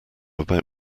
about